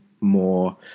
more